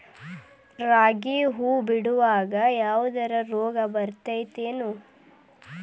ರಾಗಿ ಹೂವು ಬಿಡುವಾಗ ಯಾವದರ ರೋಗ ಬರತೇತಿ ಏನ್?